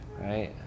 right